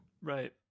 Right